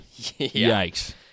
Yikes